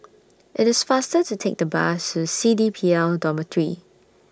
IT IS faster to Take The Bus to C D P L Dormitory